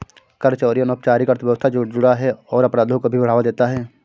कर चोरी अनौपचारिक अर्थव्यवस्था से जुड़ा है और अपराधों को भी बढ़ावा देता है